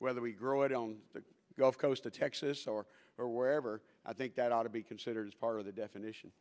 whether we grow it on the gulf coast of texas or or wherever i think that ought to be considered as part of the definition